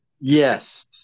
Yes